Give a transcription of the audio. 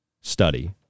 study